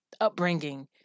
upbringing